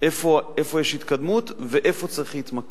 איפה יש התקדמות ואיפה צריך להתמקד.